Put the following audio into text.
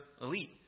elite